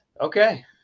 Okay